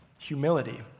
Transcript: humility